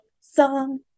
song